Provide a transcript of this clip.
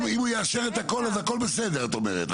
אם הוא יאשר את הכל, אז הכל בסדר, את אומרת.